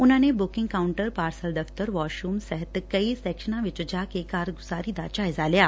ਉਨੂਾਂ ਨੇ booking counter parcel ਦਫਤਰ ਵਾਸ਼ ਰੁਮਸ ਸਹਿਤ ਕਈ ਸੈਕਸ਼ਨ ਵਿੱਚ ਜਾ ਕੇ ਕਾਰੁਜਗਾਰੀ ਦਾ ਜਾਇਜ਼ਾ ਲਿਆ